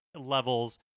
levels